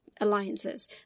alliances